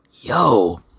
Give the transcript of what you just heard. Yo